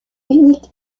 unique